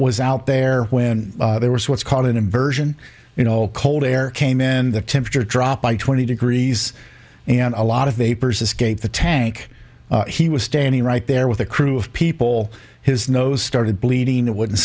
was out there when there was what's called an inversion you know all cold air came in and the temperature dropped by twenty degrees and a lot of vapors escaped the tank he was standing right there with a crew of people his nose started bleeding it wouldn't